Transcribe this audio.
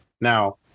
Now